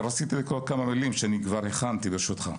רציתי לקרוא כמה מילים שהכנתי, ברשותך.